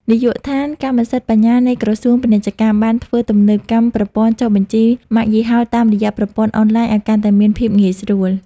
នាយកដ្ឋានកម្មសិទ្ធិបញ្ញានៃក្រសួងពាណិជ្ជកម្ម បានធ្វើទំនើបកម្មប្រព័ន្ធចុះបញ្ជីម៉ាកយីហោតាមរយៈប្រព័ន្ធអនឡាញឱ្យកាន់តែមានភាពងាយស្រួល។